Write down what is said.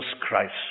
Christ